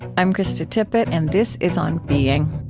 i'm krista tippett, and this is on being.